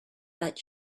but